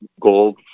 gold